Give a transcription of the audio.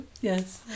yes